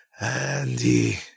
Andy